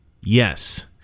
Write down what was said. Yes